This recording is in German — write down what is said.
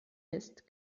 ist